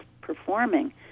performing